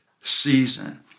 season